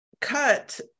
cut